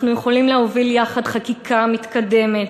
אנחנו יכולים להוביל יחד חקיקה מתקדמת,